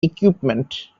equipment